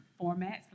formats